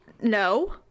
No